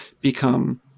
become